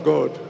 God